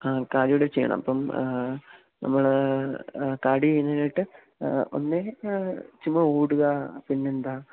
ആ കാലുകളിൽ ചെയ്യണം അപ്പം നമ്മൾ താടിയിങ്ങനിട്ട് ഒന്ന് ഈ ചുമ്മാതെ ഓടുക പിന്നെന്താണ്